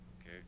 Okay